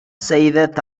செய்த